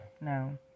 No